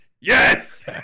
Yes